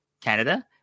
Canada